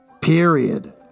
period